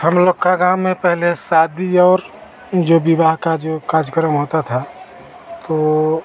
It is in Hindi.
हम लोग का गाँव में पहले शादी और जो विवाह का जो कार्यक्रम होता था तो